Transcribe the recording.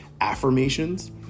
affirmations